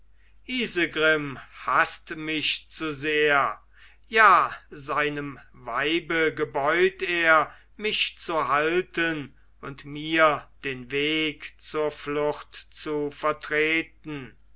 isegrim haßt mich zu sehr ja seinem weibe gebeut er mich zu halten und mir den weg zur flucht zu vertreten